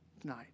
tonight